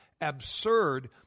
absurd